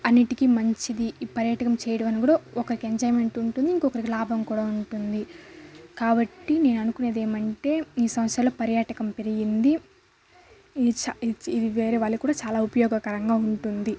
అన్నిటికి మంచిది ఈ పర్యాటకం చేయడం అని కూడా ఒకరికి ఎంజాయ్మెంట్ ఉంటుంది ఇంకొకరికి లాభం కూడా ఉంటుంది కాబట్టి నేననుకొనేదేమంటే ఈ సంవత్సరాలలో పర్యాటకం పెరిగింది ఈ చ ఇది వేరే వాళ్లకు కూడా చాలా ఉపయోగకరంగా ఉంటుంది